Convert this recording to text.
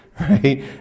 Right